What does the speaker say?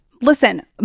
Listen